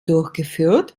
durchgeführt